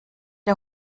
der